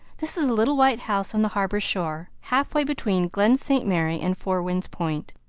this is a little white house on the harbor shore, half way between glen st. mary and four winds point.